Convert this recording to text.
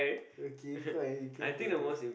okay fine he came for the next